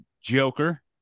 Joker